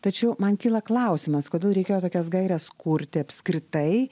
tačiau man kyla klausimas kodėl reikėjo tokias gaires kurti apskritai